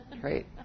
Great